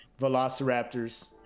Velociraptors